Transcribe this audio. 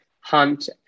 Hunt